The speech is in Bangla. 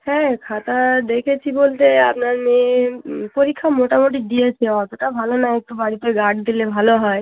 হ্যাঁ খাতা দেখেছি বলতে আপনার মেয়ে পরীক্ষা মোটামুটি দিয়েছে অতোটা ভালো নয় একটু বাড়িতে গার্ড দিলে ভালো হয়